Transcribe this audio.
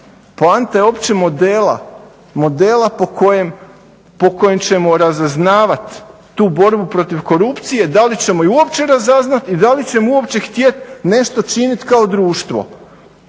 poanta je opće modela, modela po kojem ćemo razaznavat tu borbu protiv korupcije, da li ćemo ju uopće razaznat i da li ćemo uopće htjet nešto činiti kao društvo.